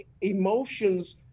emotion's